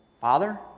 Father